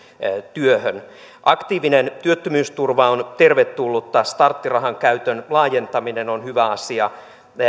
työhön aktiivinen työttömyysturva on tervetullutta starttirahan käytön laajentaminen on hyvä asia